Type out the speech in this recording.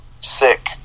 sick